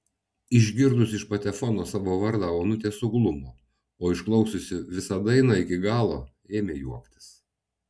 išgirdusi iš patefono savo vardą onutė suglumo o išklausiusi visą dainą iki galo ėmė juoktis